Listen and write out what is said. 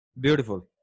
Beautiful